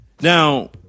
Now